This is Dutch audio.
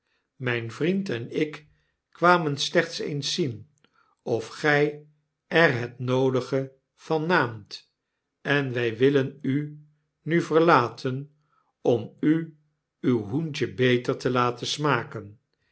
myn vriend en ik kwamen slechts eens zien of gy er het noodige van naamt en wy willen u nu verlaten om u uw hoentje beter te laten smaken